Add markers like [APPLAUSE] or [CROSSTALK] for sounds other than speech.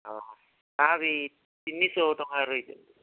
ହଁ ତାହାବି ତିନିଶହ ଟଙ୍କାର [UNINTELLIGIBLE]